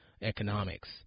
economics